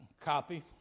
Copy